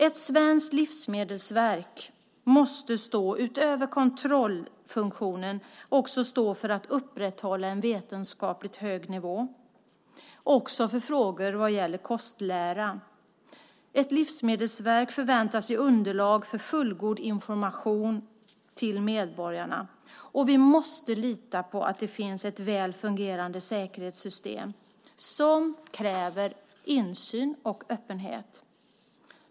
Ett svenskt livsmedelsverk måste, utöver kontrollfunktionen, stå för att upprätthålla en vetenskapligt hög nivå och för frågor som gäller kostlära. Ett livsmedelsverk förväntas ge underlag för fullgod information till medborgarna. Vi måste kunna lita på att det finns ett väl fungerande säkerhetssystem, som kräver insyn och öppenhet.